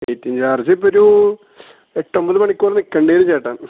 waiting charge ഇപ്പോൾ ഒരു എട്ട് ഒമ്പത് മണിക്കൂർ നിൽക്കേണ്ടി വരും ചേട്ടാ